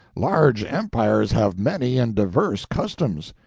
large empires have many and diverse customs.